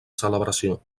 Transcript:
celebració